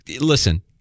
listen